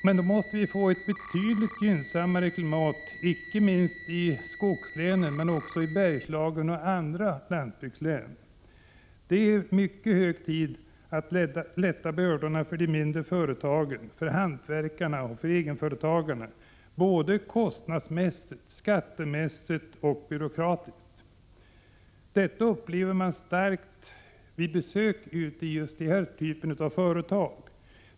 Men då måste vi få ett betydligt gynnsammare klimat, icke minst i skogslänen, Bergslagslänen och andra landsbygdslän. Det är hög tid att lätta bördorna för de mindre företagen, hantverkarna och egenföretagarna — både kostnadsmässigt, skattemässigt och byråkratiskt. Detta upplever man starkt vid besök just i den typen av företag.